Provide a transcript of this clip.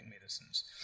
medicines